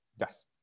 Yes